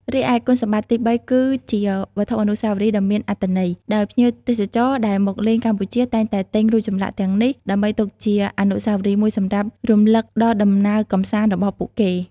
រីឯគុណសម្បត្តិទីបី គឺ ជាវត្ថុអនុស្សាវរីយ៍ដ៏មានអត្ថន័យ ដោយភ្ញៀវទេសចរដែលមកលេងកម្ពុជាតែងតែទិញរូបចម្លាក់ទាំងនេះ ដើម្បីទុកជាអនុស្សាវរីយ៍មួយសម្រាប់រំលឹកដល់ដំណើរកម្សាន្តរបស់ពួកគេ។